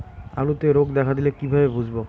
আলুতে রোগ দেখা দিলে কিভাবে বুঝবো?